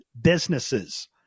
businesses